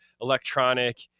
electronic